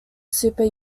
super